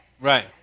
right